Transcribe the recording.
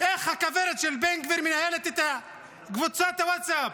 איך הכוורת של בן גביר מנהלת את קבוצת הווטסאפ,